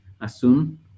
assume